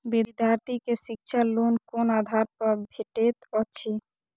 विधार्थी के शिक्षा लोन कोन आधार पर भेटेत अछि?